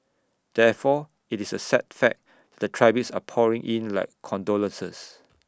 therefore IT is A sad fact the tributes are pouring in like condolences